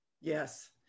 Yes